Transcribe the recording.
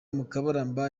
mukabaramba